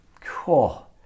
Cool